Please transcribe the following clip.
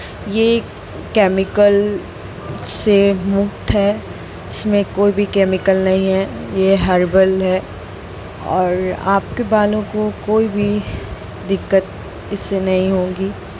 ये केमिकल से मुक्त है इसमें कोई भी केमिकल नहीं है ये हर्बल है और आपके बालों को कोई भी दिक्कत इससे नहीं होगी